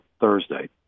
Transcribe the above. Thursday